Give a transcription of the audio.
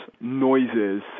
noises